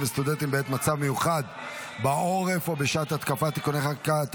וסטודנטים בעת מצב מיוחד בעורף או בשעת התקפה (תיקוני חקיקה),